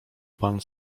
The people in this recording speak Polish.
pan